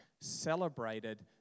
celebrated